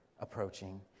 approaching